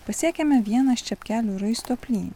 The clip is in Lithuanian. pasiekėme vienas čepkelių raisto plynių